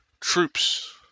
troops